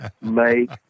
make